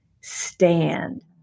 stand